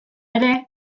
ere